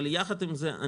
יחד עם זה,